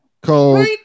called